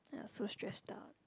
I was so stressed out